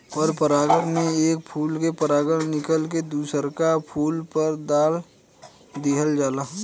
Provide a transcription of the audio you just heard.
पर परागण में एक फूल के परागण निकल के दुसरका फूल पर दाल दीहल जाला